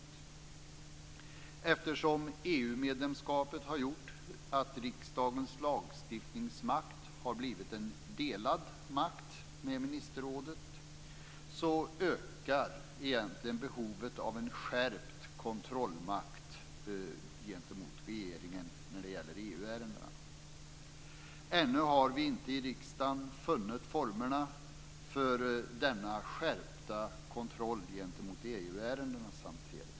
Eftersom EU-medlemskapet har gjort att riksdagens lagstiftningsmakt har blivit en delad makt med ministerrådet ökar egentligen behovet av en skärpt kontrollmakt gentemot regeringen när det gäller EU ärendena. Ännu har vi inte i riksdagen funnit formerna för denna skärpta kontroll gentemot EU-ärendenas hantering.